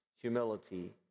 humility